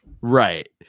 right